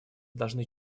должны